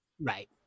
Right